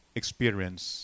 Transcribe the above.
experience